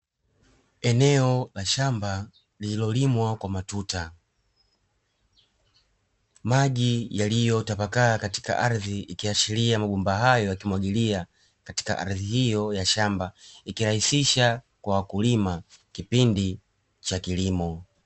Eneo la shamba lililolimwa kwa matuta, maji yaliyotapakaa katika ardhi ikiashiria mabomba hayo yakimwagilia katika ardhi hiyo ya shamba ikirahisisha kwa wakulima kipindi cha kilimo.